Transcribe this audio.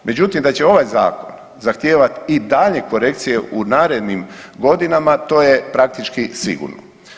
Međutim da će ovaj zakon zahtijevat i dalje korekcije u narednim godinama, to je praktički sigurno.